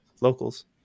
locals